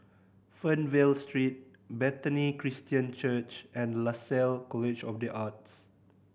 Fernvale Street Bethany Christian Church and Lasalle College of The Arts